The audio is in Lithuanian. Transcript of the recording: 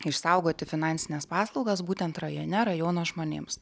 išsaugoti finansines paslaugas būtent rajone rajono žmonėms